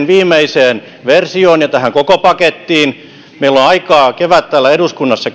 viimeiseen versioon ja tähän koko pakettiin meillä on aikaa kevät täällä eduskunnassa